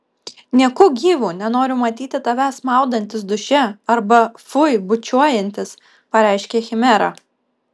nieku gyvu nenoriu matyti tavęs maudantis duše arba fui bučiuojantis pareiškė chimera